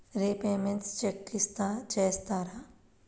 Repayments check చేస్తారా?